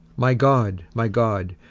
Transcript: my god, my god,